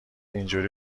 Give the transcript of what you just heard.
اینجوری